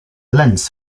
lens